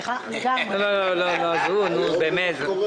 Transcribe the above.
זו בדיחה.